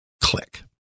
Click